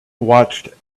watched